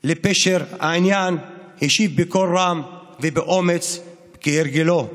לפשר העניין השיב בקול רם ובאומץ, כהרגלו: